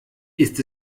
ist